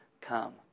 come